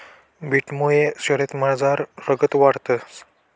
बीटमुये शरीरमझार रगत वाढंस